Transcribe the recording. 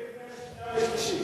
נעביר את זה בקריאה שנייה ושלישית.